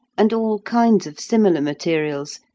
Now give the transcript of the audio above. and all kinds of similar materials,